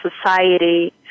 society